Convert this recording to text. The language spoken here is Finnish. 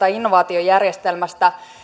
ja innovaatiojärjestelmään